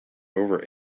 over